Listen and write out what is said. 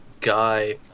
guy